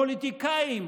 פוליטיקאים